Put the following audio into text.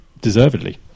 deservedly